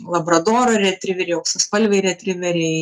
labradoro retriveriai auksaspalviai retriveriai